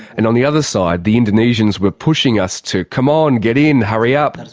and on the other side the indonesians were pushing us to, come on, get in, hurry up,